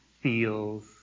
feels